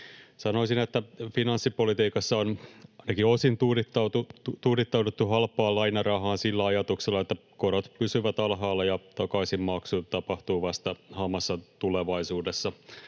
Sanoisin, että finanssipolitiikassa on ainakin osin tuudittauduttu halpaan lainarahaan sillä ajatuksella, että korot pysyvät alhaalla ja takaisinmaksu tapahtuu vasta hamassa tulevaisuudessa.